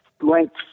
length